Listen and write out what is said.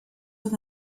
were